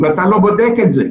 אם אתה לא בודק את זה.